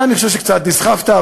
אני חושב שקצת נסחפת.